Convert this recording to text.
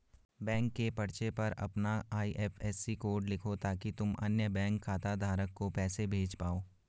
bank के पर्चे पर अपना आई.एफ.एस.सी कोड लिखो ताकि तुम अन्य बैंक खाता धारक को पैसे भेज पाओ